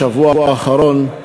בשבוע האחרון,